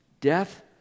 Death